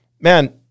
man